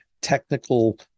technical